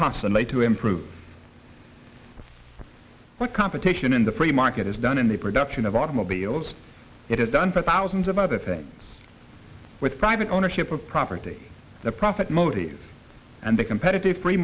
concentrate to improve what competition in the free market has done in the production of automobiles it has done for thousands of other things with private ownership of property the profit motive and the competitive free